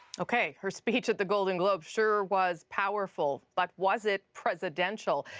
okay, her speech at the golden globes sure was powerful but was it presidential?